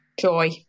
joy